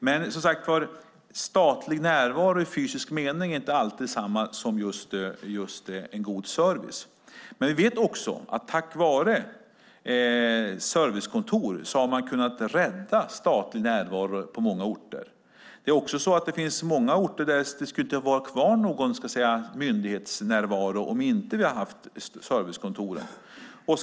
Men, som sagt, statlig närvaro i fysisk mening är inte alltid detsamma som en god service. Vi vet också att tack vare servicekontor har man kunnat rädda statlig närvaro på många orter. Det finns också många orter där det inte skulle ha funnits någon myndighetsnärvaro kvar om vi inte haft servicekontoren.